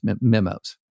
memos